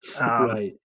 Right